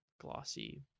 glossy